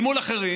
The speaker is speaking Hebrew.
אל מול אחרים,